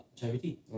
charity